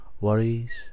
worries